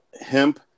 hemp